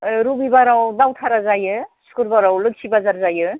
ओह रबिबाराव दावथारा जायो सुक्रुबाराव लोक्षि बाजार जायो